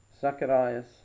Zacharias